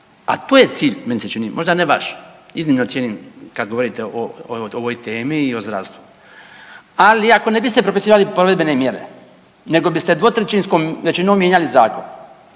a to je cilj, meni se čini, možda ne vaš, iznimno cijenim kad govorite o ovoj temi i o zdravstvu, ali ako ne biste propisivali provedbene mjere nego biste dvotrećinskom većinom mijenjali zakon,